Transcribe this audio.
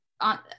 on